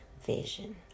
vision